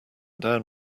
down